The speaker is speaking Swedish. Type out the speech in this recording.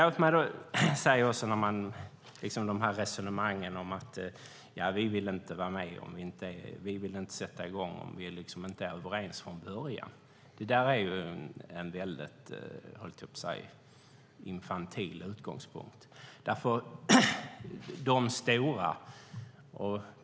Det förs resonemang här som går ut på att man inte vill sätta i gång några diskussioner om vi inte är överens från början. Det är en infantil utgångspunkt.